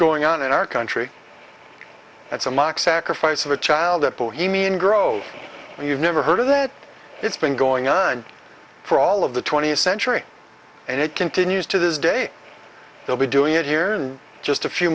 going on in our country that's a mock sacrifice of a child at bohemian grove you've never heard of that it's been going on for all of the twentieth century and it continues to this day they'll be doing it here in just a few